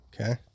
Okay